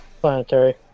Planetary